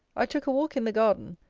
i took a walk in the garden.